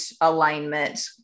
alignment